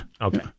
Okay